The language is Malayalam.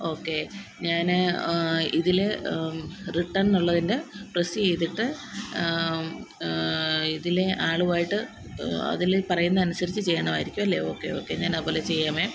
ഓക്കെ ഞാൻ ഇതിൽ റിട്ടണ് എന്നുള്ളതിന്റെ പ്രെസ്സ് ചെയ്തിട്ട് ഇതിലെ ആളുമായിട്ട് അതിൽ പറയുന്നത് അനുസരിച്ച് ചെയ്യണമായിരിക്കും അല്ലെ ഓക്കെ ഓക്കെ ഞാൻ അതു പോലെ ചെയ്യാമേ